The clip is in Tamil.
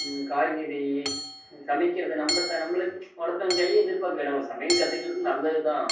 காய்கறி சமைக்கறது நம்ம நம்மளுக்கு ஒருத்தவங்க கையை எதிர் பார்க்க வேணா சமையல் கத்துக்கிறது நல்லது தான்